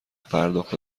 پرداخت